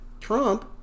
Trump